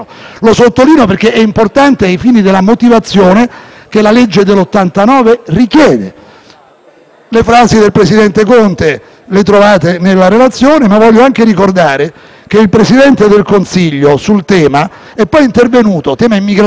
Le frasi del presidente Conte le trovate nella relazione, ma voglio anche ricordare che il Presidente del Consiglio è più volte intervenuto sul tema dell'immigrazione nelle politiche del Governo, e ne ha parlato anche oggi, in verità. Era intervenuto il 5 giugno 2018, quando si è insediato,